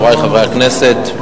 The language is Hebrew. חברי חברי הכנסת,